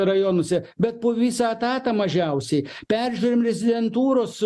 rajonuose bet po visą etatą mažiausiai peržiūrim rezidentūros